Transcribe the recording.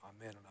Amen